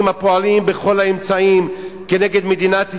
הפועלים בכל האמצעים כנגד מדינת ישראל,